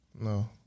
No